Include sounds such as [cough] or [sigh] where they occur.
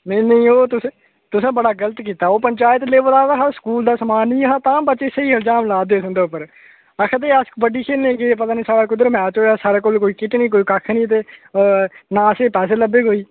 नेईं नेईं ओह् तुस तुसें बड़ा गलत कीता ओह् पंचायत लेवल आह्ला हा स्कूल दा समान बी ऐ हा तां बच्चे स्हेई इल्जाम ला दे हे तुंदे उप्पर ते [unintelligible] गै पता निं साढ़ा कुद्धर मैच होएया साढ़े कोल कोई किट निं कोई कक्ख निं ते ना असेंगी पैसे लब्भे कोई